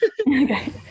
Okay